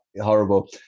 horrible